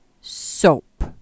soap